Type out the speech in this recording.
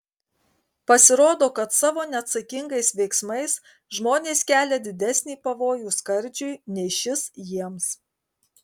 pasirodo kad savo neatsakingais veiksmais žmonės kelia didesnį pavojų skardžiui nei šis jiems